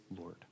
Lord